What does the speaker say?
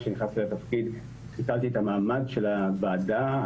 כשנכנסתי לתפקיד - ביטלתי את המעמד של הוועדה,